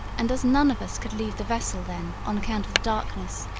and, as none of us could leave the vessel then on account of the darkness,